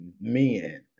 men